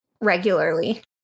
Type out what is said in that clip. regularly